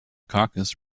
caucus